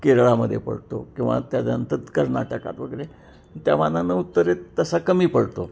केरळामध्ये पडतो किंवा त्याच्यानंतर कर्नाटकात वगैरे त्यामानानं उत्तरेत तसा कमी पडतो